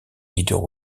leader